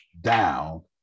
down